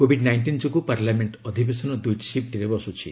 Covid nineteen ଯୋଗୁଁ parliament ଅଧିବେଶନ ଦୁଇଟି ସିପ୍ଟରେ ବସୁଛି